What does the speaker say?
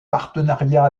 partenariat